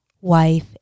wife